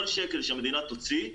כל שקל שהמדינה תוציא,